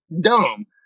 dumb